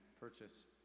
purchase